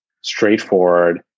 straightforward